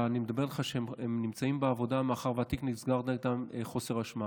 מדבר איתך על זה שהם נמצאים בעבודה מאחר שהתיק נסגר נגדם מחוסר אשמה.